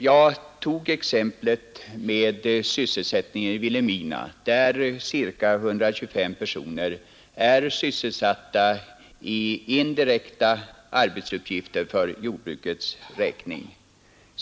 Jag tog exemplet med sysselsättningen i Vilhelmina, där cirka 125 personer är sysselsatta i indirekta arbetsuppgifter för jordbrukets räkning.